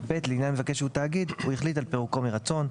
לעניין מבקש שהוא תאגיד הוא החליט על פירוקו מרצון,